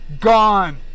gone